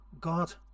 God